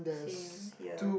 same here